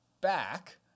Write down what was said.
back